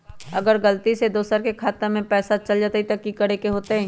अगर गलती से दोसर के खाता में पैसा चल जताय त की करे के होतय?